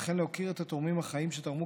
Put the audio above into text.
וכן להוקיר את התורמים החיים שתרמו